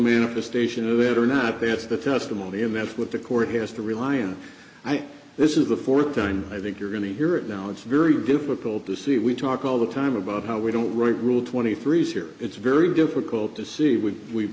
manifestation of it or not that's the testimony and that's what the court has to rely on and this is the fourth time i think you're going to hear it now it's very difficult to see if we talk all the time about how we don't right rule twenty three's here it's very difficult to see when we've